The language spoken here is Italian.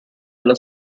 della